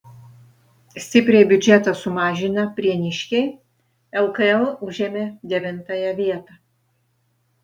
stipriai biudžetą sumažinę prieniškiai lkl užėmė devintąją vietą